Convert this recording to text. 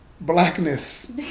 blackness